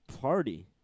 Party